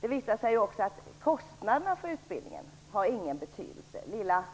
Det visar sig också att kostnaderna för utbildningen inte har någon betydelse. Den lilla,